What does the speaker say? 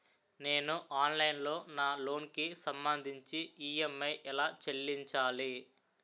నేను ఆన్లైన్ లో నా లోన్ కి సంభందించి ఈ.ఎం.ఐ ఎలా చెల్లించాలి?